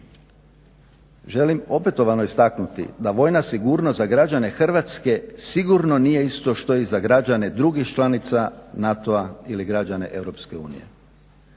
Želim opetovano istaknuti da vojna sigurnost za građane Hrvatske sigurno nije isto što i za građane drugih članica NATO-a ili građane